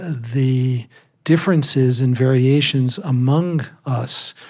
the differences and variations among us,